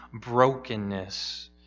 brokenness